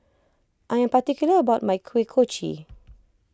I am particular about my Kuih Kochi